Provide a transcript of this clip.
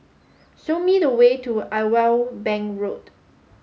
show me the way to Irwell Bank Road